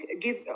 give